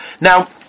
Now